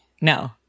No